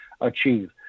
achieve